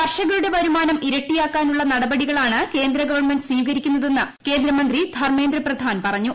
കർഷകരുടെ വരുമാനം ഇരട്ടിയാക്കാനുള്ള നടപടികളാണ് കേന്ദ്രഗവൺമെന്റ് സ്വീകരിക്കുന്നതെന്ന് കേന്ദ്രമന്ത്രി ധർമ്മേന്ദ്ര പ്രധാൻ പറഞ്ഞു